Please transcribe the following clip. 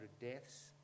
deaths